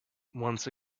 once